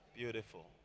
beautiful